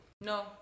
No